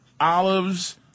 olives